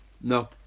no